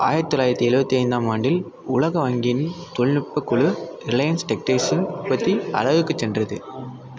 ஆயிரத்து தொள்ளாயிரத்தி எழுவத்தி ஐந்தாம் ஆண்டில் உலக வங்கியின் தொழில்நுட்பக் குழு ரிலையன்ஸ் டெக்ஸ்டைல்ஸ் உற்பத்தி அலகுக்குச் சென்றது